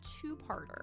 two-parter